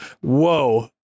whoa